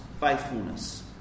faithfulness